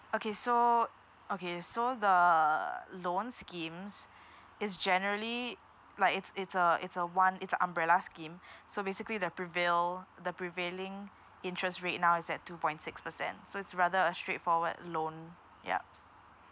okay so okay so the uh loan schemes it's generally like it's it's a it's a one it's a umbrella scheme so basically the prevail~ the prevailing interest rate now is at two point six percent so it's rather a straightforward loan yup